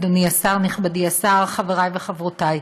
נכבדי השר, חברי וחברותי,